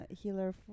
healer